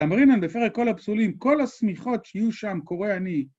‫תמרינן בפרק כל הפסולים, ‫כל השמיכות שיהיו שם קורא אני.